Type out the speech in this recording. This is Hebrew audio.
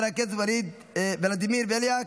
חבר הכנסת ולדימיר בליאק,